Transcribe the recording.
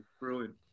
brilliant